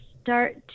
start